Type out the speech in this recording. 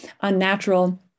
unnatural